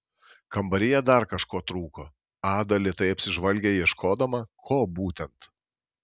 kambaryje dar kažko trūko ada lėtai apsižvalgė ieškodama ko būtent